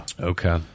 Okay